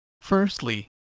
Firstly